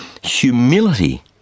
Humility